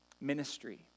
ministry